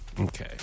Okay